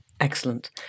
Excellent